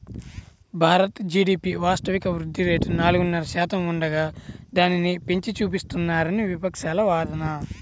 Bharat GDP వాస్తవిక వృద్ధి rate నాలుగున్నర శాతం ఉండగా దానిని పెంచి చూపిస్తున్నారని విపక్షాల వాదన